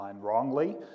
wrongly